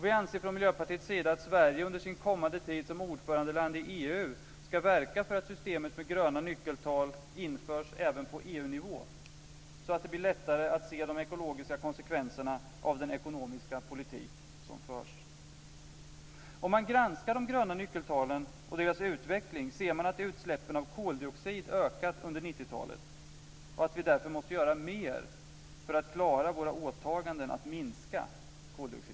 Vi anser från Miljöpartiets sida att Sverige under sin kommande tid som ordförandeland i EU ska verka för att systemet med gröna nyckeltal införs även på EU-nivå, så att det blir lättare att se de ekologiska konsekvenserna av den ekonomiska politik som förs. Om man granskar de gröna nyckeltalen och deras utveckling ser man att utsläppen av koldioxid ökat under 90-talet, och att vi därför måste göra mer för att klara våra åtaganden att minska koldioxidutsläppen.